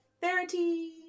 Therapy